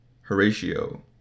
Horatio